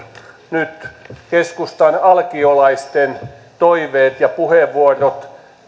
nyt keskustan alkiolaisten toiveet ja puheenvuorot